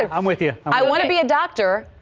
and um with you i want to be a doctor.